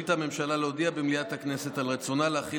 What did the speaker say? החליטה הממשלה להודיע במליאת הכנסת על רצונה להחיל